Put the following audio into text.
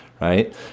right